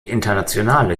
internationale